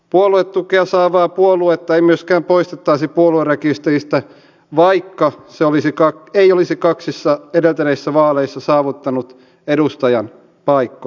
puoluetukea saavaa puoluetta ei myöskään poistettaisi puoluerekisteristä vaikka se ei olisi kaksissa edeltäneissä vaaleissa saavuttanut edustajanpaikkoja